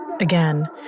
Again